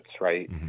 right